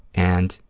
and